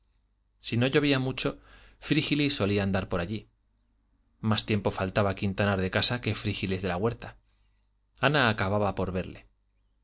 si no llovía mucho frígilis solía andar por allí más tiempo faltaba quintanar de casa que frígilis de la huerta ana acababa por verle